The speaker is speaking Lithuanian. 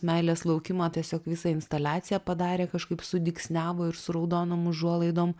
meilės laukimą tiesiog visą instaliaciją padarė kažkaip sudygsniavo su raudonom užuolaidom